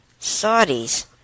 Saudis